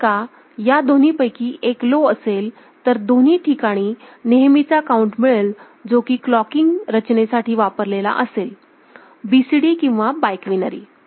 जर का या दोन्हीपैकी एक लो असेल तर दोन्ही ठिकाणी नेहमीचा काउंट मिळेल जो की क्लॉकिंग रचनेसाठी वापरलेला असेलBCD किंवा बाय क्वीनरी